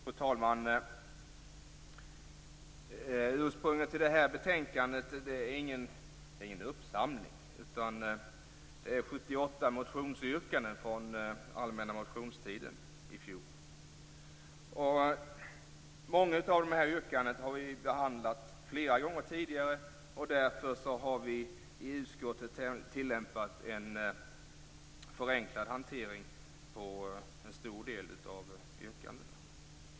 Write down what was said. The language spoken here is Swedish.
Fru talman! Ursprunget till det här betänkandet är ingen uppsamling, utan det är 78 motionsyrkanden från allmänna motionstiden i fjol. Många av yrkandena har vi behandlat flera gånger tidigare, och därför har vi i utskottet tillämpat en förenklad hantering av en stor del av yrkandena.